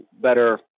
better